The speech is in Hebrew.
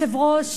אדוני היושב-ראש,